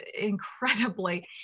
incredibly